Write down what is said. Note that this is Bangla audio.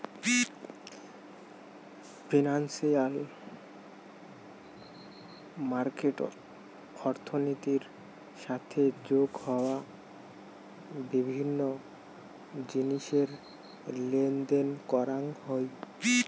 ফিনান্সিয়াল মার্কেটত অর্থনীতির সাথে যোগ হওয়া বিভিন্ন জিনিসের লেনদেন করাং হই